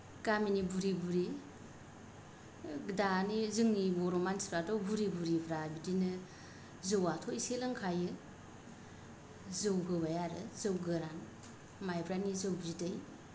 गामिनि बुरि बुरि ओ दानि जोंनि बर' मानसिफ्राथ' बुरि बुरिफ्रा बिदिनो जौआथ' इसे लोंखायो जौ होबाय आरो जौ गोरान माइब्रानि जौ बिदै